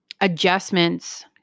adjustments